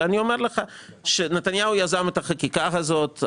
אני אומר לך שנתניהו יזם את החקיקה הזאת.